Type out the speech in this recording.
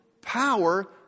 power